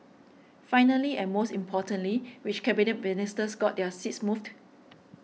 finally and most importantly which Cabinet Ministers got their seats moved